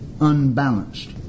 unbalanced